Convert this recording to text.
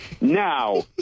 Now